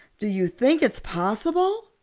do you think it's possible?